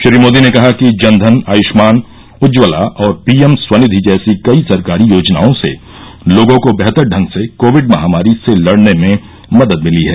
श्री मोदी ने कहा कि जन धन आय्ष्मान उज्ज्वला और पी एम स्वनिधि जैसी कई सरकारी योजनओं से लोगों को बेहतर ढंग से कोविड महामारी से लड़ने में मदद मिली है